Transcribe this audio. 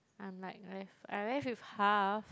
I'm like left I'm left with half